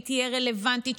שהיא תהיה רלוונטית,